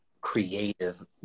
creative